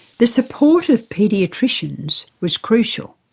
the support of paediatricians was crucial,